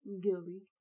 Gilly